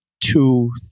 Two